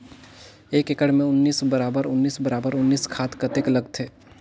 एक एकड़ मे उन्नीस बराबर उन्नीस बराबर उन्नीस खाद कतेक लगथे?